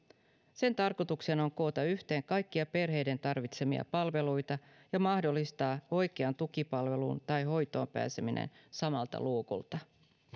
sen tarkoituksena on koota yhteen kaikkia perheiden tarvitsemia palveluita ja mahdollistaa oikeaan tukipalveluun tai hoitoon pääseminen samalta luukulta